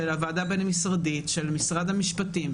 ועדה בין משרדית של משרד המשפטים,